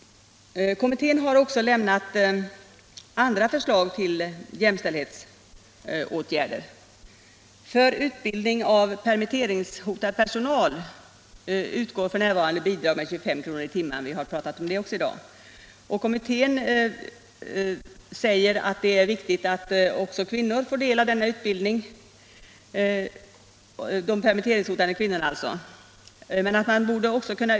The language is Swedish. Kommittén har också lämnat andra förslag till jämställdhetsåtgärder. För utbildning av permitteringshotad personal utgår f.n. bidrag med 25 kr. i timmen — vi har pratat om det även i dag. Kommittén säger att det är viktigt att också de permitteringshotade kvinnorna får del av den här utbildningen.